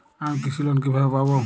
আমি কৃষি লোন কিভাবে পাবো?